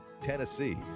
Tennessee